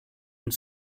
und